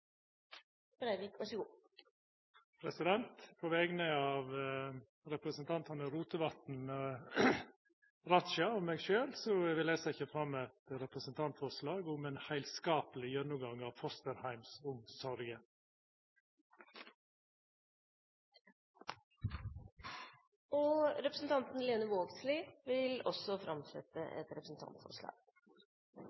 På vegner av representantane Sveinung Rotevatn, Abid Q. Raja og meg sjølv vil eg setja fram eit representantforslag om heilskapleg gjennomgang av fosterheimsomsorga. Representanten Lene Vågslid vil framsette